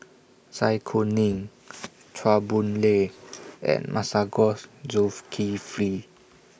Zai Kuning Chua Boon Lay and Masagos